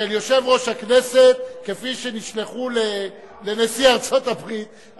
של יושב-ראש הכנסת כפי שנשלחו לנשיא ארצות-הברית,